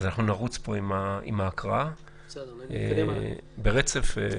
נרוץ עם ההקראה ברצף.